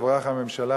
תבורך הממשלה,